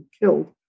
killed